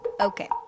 Okay